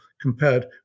compared